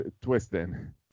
twisting